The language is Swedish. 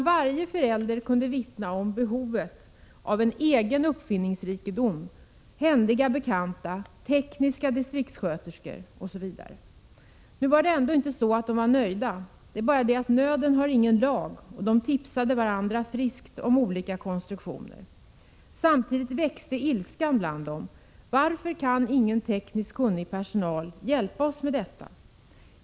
Varje förälder kunde vittna om behovet av egen uppfinningsrikedom, händiga bekanta, tekniskt begåvade distriktssköterskor, osv. Nu var det ändå inte så att dessa föräldrar var nöjda — det är bara det att nöden har ingen lag, och de tipsade varandra friskt om olika konstruktioner. Samtidigt växte ilskan bland dem: Varför kan ingen tekniskt kunnig personal hjälpa oss med detta?